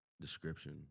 description